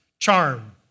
Charm